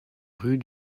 rue